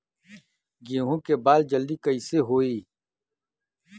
गेहूँ के बाल जल्दी कईसे होई?